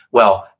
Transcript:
well,